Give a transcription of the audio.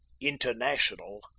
international